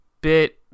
bit